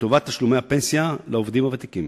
לטובת תשלומי הפנסיה לעובדים הוותיקים.